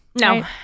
no